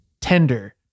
tender